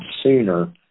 sooner